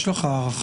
יש לך הערכה?